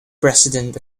president